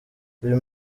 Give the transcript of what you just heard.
uyu